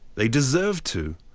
they deserve to.